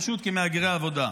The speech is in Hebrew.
פשוט כמהגרי עבודה.